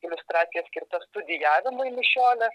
iliustracija skirta studijavimui mišiolės